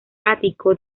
ático